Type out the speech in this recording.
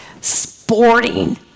Sporting